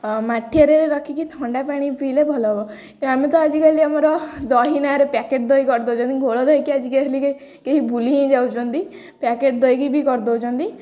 ମାଠିଆରେ ରଖିକି ଥଣ୍ଡା ପାଣି ପିଇଲେ ଭଲ ହବ ଆମେ ତ ଆଜିକାଲି ଆମର ଦହି ନାଁରେ ପ୍ୟାକେଟ୍ ଦହି କରିଦେଉଛନ୍ତି ଘୋଳ ଧୋଇକି ଆଜିକାଲି କେହି ଭୁଲି ହିଁ ଯାଉଛନ୍ତି ପ୍ୟାକେଟ୍ ଦହିକି ବି କରିଦେଉଛନ୍ତି